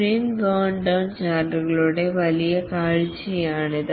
sprint ബേൺഡൌൺചാർട്ടുകളുടെ വലിയ കാഴ്ചയാണിത്